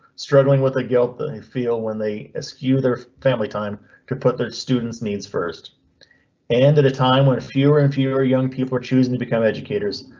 struggling with the guilt that he feel when they askew their family, time to put their students needs first and at a time when fewer and fewer young people are choosing to become educators,